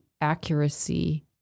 accuracy